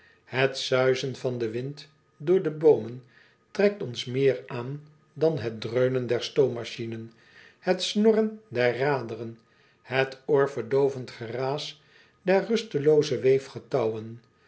et suizen van den wind door de boomen trekt ons meer aan dan het dreunen der stoommachine het snorren der raderen het oorverdoovend geraas der rustelooze